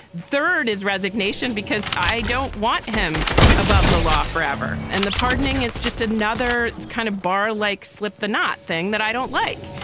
third is resignation, because i don't want him above the law forever. and the pardoning is just another kind of bar like slip the knot thing that i don't like.